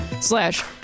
slash